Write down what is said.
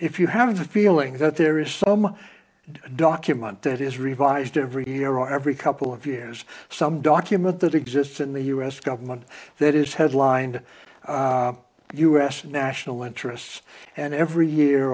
if you have a feeling that there is some document that is revised every year every couple of years some document that exists in the u s government that is headlined u s national interests and every year